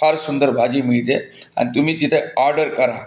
फार सुंदर भाजी मिळते आणि तुम्ही तिथे ऑर्डर करा